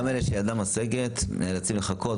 גם אלה שידם משגת נאלצים לחכות,